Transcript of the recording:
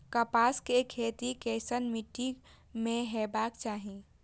कपास के खेती केसन मीट्टी में हेबाक चाही?